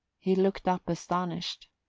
he looked up astonished.